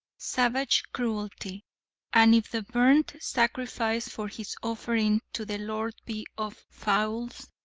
savage cruelty and if the burnt sacrifice for his offering to the lord be of fowls,